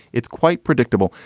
it's quite predictable.